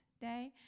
Day